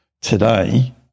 today